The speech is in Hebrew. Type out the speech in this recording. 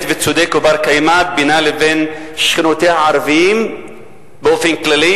וצודק ובר-קיימא בינה לבין שכנותיה הערביות באופן כללי,